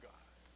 God